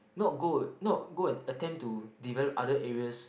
not go not go and attempt to develop other areas